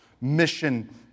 mission